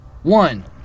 One